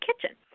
kitchen